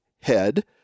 head